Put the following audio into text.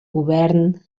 govern